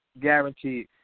Guaranteed